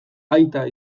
aita